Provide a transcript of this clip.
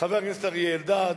חבר הכנסת אריה אלדד,